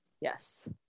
Yes